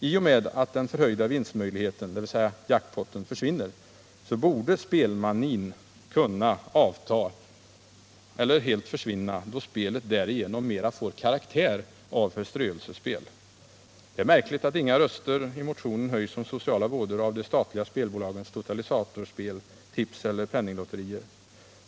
I och med att den förhöjda vinstmöjligheten, dvs. jackpotten, försvinner, så borde spelmanin försvinna eftersom spelet därigenom mera får karaktären av förströelsespel. Det är märkligt att inga röster höjs i motionerna om sociala vådor av de statliga spelbolagens totalisatorspel, tips eller penninglotterier.